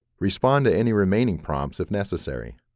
respond to any remaining prompts, if necessary.